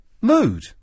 mood